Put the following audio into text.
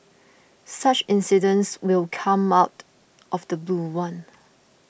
such incidents will come out of the blue one